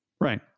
Right